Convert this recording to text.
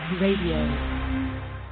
Radio